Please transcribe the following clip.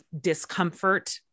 discomfort